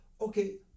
Okay